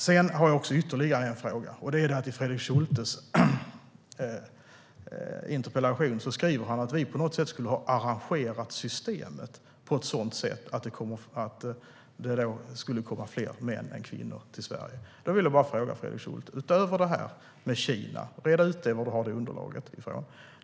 Jag har ytterligare en fråga. Fredrik Schulte skriver i sin interpellation att vi skulle ha arrangerat systemet på ett sådant sätt att det kommer fler män än kvinnor till Sverige. Jag vill säga till Fredrik Schulte: Red ut var du har fått underlaget till det här med Kina från!